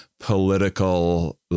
political